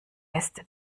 lässt